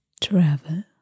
travel